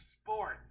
sports